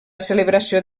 celebració